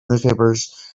newspapers